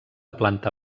planta